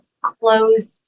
closed